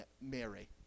Mary